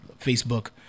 Facebook